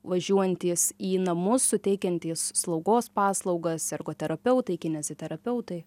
važiuojantys į namus suteikiantys slaugos paslaugas ergoterapeutai kineziterapeutai